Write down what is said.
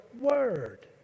Word